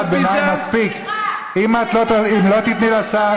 מה זה להשפיל?